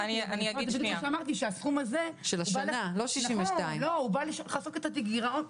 אמרתי שהסכום הזה בא לכסות את הגירעון.